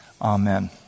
Amen